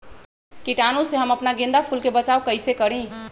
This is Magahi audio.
कीटाणु से हम अपना गेंदा फूल के बचाओ कई से करी?